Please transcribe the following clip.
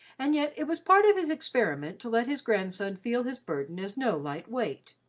and yet it was part of his experiment to let his grandson feel his burden as no light weight.